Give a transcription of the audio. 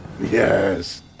yes